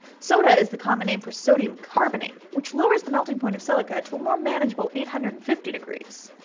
soda is the common name for sodium carbonate, which lowers the melting point of silica to a more manageable eight hundred and fifty degrees.